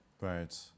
Right